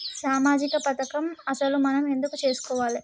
సామాజిక పథకం అసలు మనం ఎందుకు చేస్కోవాలే?